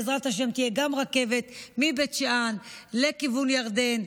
בעזרת השם תהיה גם רכבת מבית שאן לכיוון ירדן,